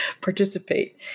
participate